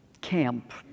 camp